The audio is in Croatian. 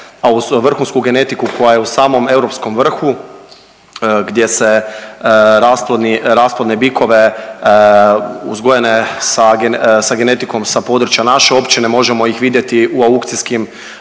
vrhunsku genetiku koja je u samom europskom vrhu gdje se rasplodni, rasplodne bikove uzgojene sa genetikom sa područja naše općine možemo ih vidjeti u aukcijskim